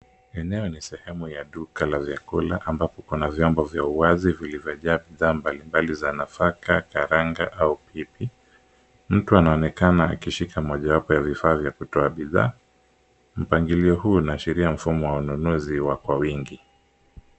Eneo ni sehemu ya duka la vyakula ambapo kuna vyombo vya uwazi vilivyojaa bidhaa mbali mbali za nafaka, karanga au pipi. Mtu anaonekana akishika mojawapo ya vifaa vya kutoa bidhaa. Mpangilio huu unaashiria mfumo wa ununuzi wa kwa wingi.